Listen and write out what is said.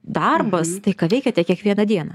darbas tai ką veikiate kiekvieną dieną